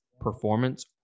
performance